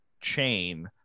chain